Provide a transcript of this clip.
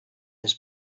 his